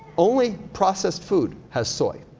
only processed food has soy.